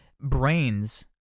brains